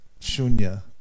Shunya